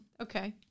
Okay